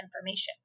information